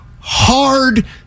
hard